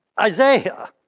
Isaiah